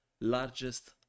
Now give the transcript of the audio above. largest